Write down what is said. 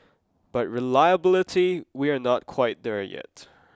but reliability we are not quite there yet